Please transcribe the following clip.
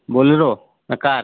Bolero ନା car